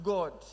God